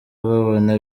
babona